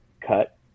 cut